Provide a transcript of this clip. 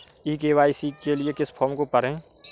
ई KYC के लिए किस फ्रॉम को भरें?